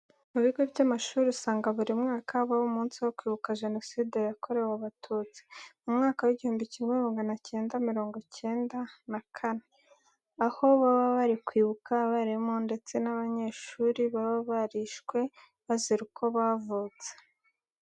Mu bigo by'amashuri usanga buri mwaka habaho umunsi wo kwibuka Jenoside yakorewe Abatutsi mu mwaka w'igihumbi kimwe magana cyenda mirongo icyenda na kane. Aho baba bari kwibuka abarimu ndetse n'abanyeshuri baba barishwe bazira uko bavutse.